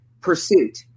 Pursuit